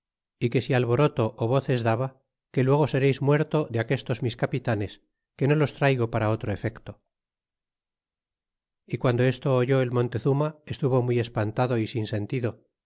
y que si alboroto ó voces daba que luego sereis muerto de aquestos mis capitanes que no los traigo para otro efecto y guando esto oyó el montezuma estuvo muy espantado y sin sentido